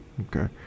Okay